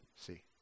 see